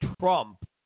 Trump